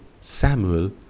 Samuel